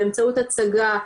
באמצעות הצגה,